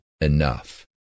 enough